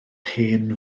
hen